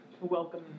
welcome